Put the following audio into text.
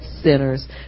sinners